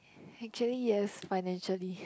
actually yes financially